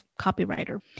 copywriter